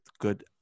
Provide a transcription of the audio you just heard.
good